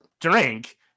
drink